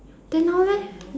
then now leh